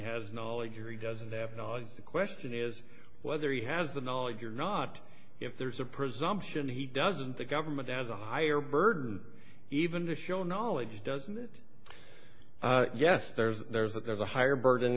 has knowledge or he doesn't have knowledge the question is whether he has the knowledge or not if there's a presumption he doesn't the government has a higher burden even to show knowledge doesn't it yes there's there's that there's a higher burden